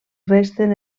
resten